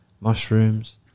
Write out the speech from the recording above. mushrooms